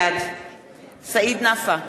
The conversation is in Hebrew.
בעד סעיד נפאע,